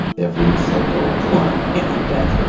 every single one. yeah, i bet.